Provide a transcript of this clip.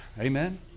Amen